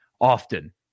often